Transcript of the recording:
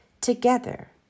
Together